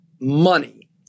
money